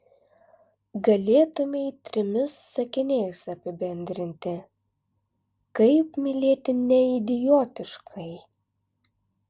galėtumei trimis sakiniais apibendrinti kaip mylėti neidiotiškai